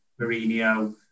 Mourinho